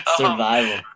survival